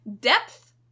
depth